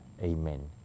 Amen